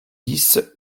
dix